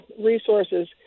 resources